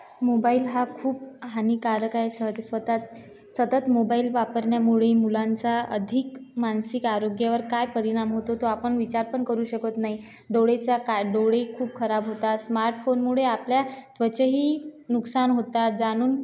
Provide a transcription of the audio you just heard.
mobile हा खूप हानिकारक आहे सत सतत सतत मोबाईल वापरण्यामुळे मुलांचा अधिक मानसिक आरोग्यावर काय परिणाम होतो तो आपण विचार पण करू शकत नाही डोळेचा काय डोळे खूप खराब होतात स्मार्टफोनमुळे आपल्या त्वचेही नुकसान होता जाणून